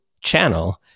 channel